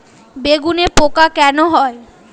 বেগুনে পোকা কেন হয়?